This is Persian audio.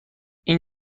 این